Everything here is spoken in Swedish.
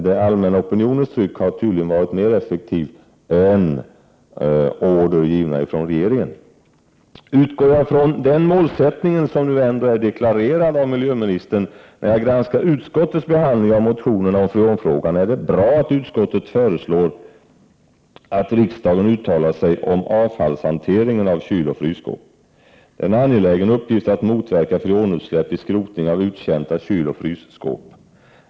Det allmänna trycket har uppenbarligen varit mer effektivt än order givna från regeringen. Utgår jag, när jag granskar utskottets behandling av motionerna om freonfrågan, från den målsättning som miljöministern nu ändå har deklarerat anser jag att det är bra att utskottet föreslår att riksdagen skall uttala sig om avfallshanteringen vad gäller kyloch frysskåp. Det är en angelägen uppgift att motverka freonutsläpp vid skrotning av uttjänta kyloch frysskåp.